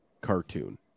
cartoon